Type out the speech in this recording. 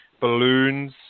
balloons